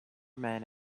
men